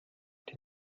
die